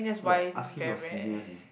so that asking your senior is